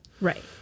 Right